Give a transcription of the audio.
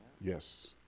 Yes